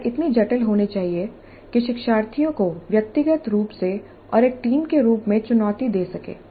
समस्या इतनी जटिल होनी चाहिए कि शिक्षार्थियों को व्यक्तिगत रूप से और एक टीम के रूप में चुनौती दे सके